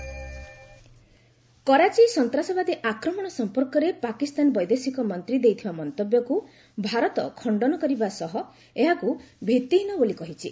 Karachi terror Karachi ସନ୍ତ୍ରାସବାଦୀ ଆକ୍ରମଣ ସଫପର୍କରେ ପାକିସ୍ତାନ ବୈଦେଶିକ ମନ୍ତ୍ରୀ ଦେଇଥିବା ମନ୍ତବ୍ୟକୁ ଭାରତ ଖଶ୍ଚନ କରିବା ସହ ଏହାକୁ ଭିଭିହୀନ ବୋଲି କହିଛି